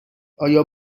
آیا